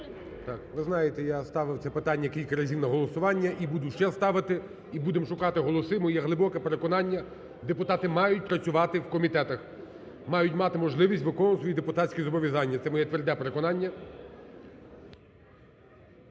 Ви знаєте, я ставив це питання кілька разів на голосування і буду ще ставити, і будемо шукати голоси. Моє глибоке переконання, депутати мають працювати в комітетах, мають мати можливість виконувати свої депутатські зобов'язання, це моє тверде переконання.